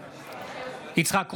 בעד יצחק קרויזר,